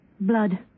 Blood